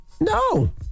No